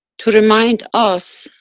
to remind us,